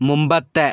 മുമ്പത്തെ